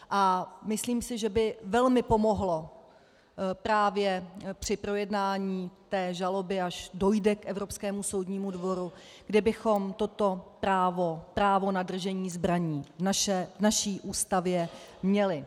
A myslím si, že by velmi pomohlo právě při projednání té žaloby, až dojde k Evropskému soudnímu dvoru, kdybychom toto právo na držení zbraní v naší Ústavě měli.